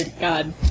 god